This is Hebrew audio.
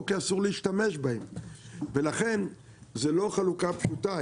או כי אין מי שישתמש בהם ולכן זה לא חלוקה פשוטה,